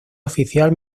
oficial